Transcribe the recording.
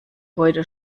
heute